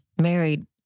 Married